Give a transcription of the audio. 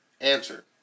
Answer